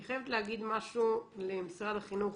אני חייבת להגיד משהו למשרד החינוך.